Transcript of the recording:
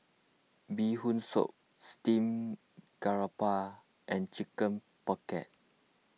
Bee Hoon Soup Steamed Garoupa and Chicken Pocket